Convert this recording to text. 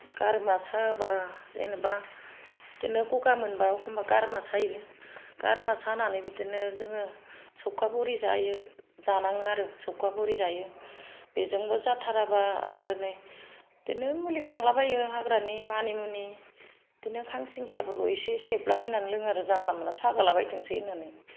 गारामा साबा जेनबा बिदिनो गगा मोनबा अखम्बा गारामा सायो गारामा सानानै बिदिनो जोङो सख्खा बरि जायो जानाङो आरो सख्खा बरि जायो बेजोंबो जाथाराबा आरो नै बिदिनो मुलि खांलाबायो हाग्रानि मानिमुनि बिदिनो खांसिंखियाफोरखौ इसे सेबलाबायनानै लोङो आरो जानला मानला सागालाबायथोंसै होननानै